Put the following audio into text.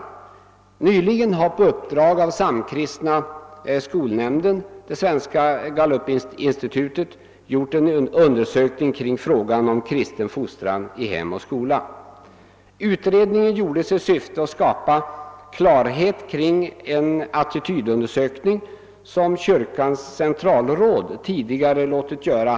Svenska gallupinstitutet har nyligen på uppdrag av samkristna skolnämnden gjort en undersökning i frågan om kristen fostran i hem och skola. Utredningen gjordes i syfte att skapa klarhet kring resultatet av en attitydundersökning, som Svenska kyrkans centralråd tidigare låtit göra.